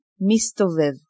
Mistovev